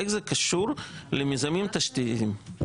איך זה קשור למיזמים תשתיתיים.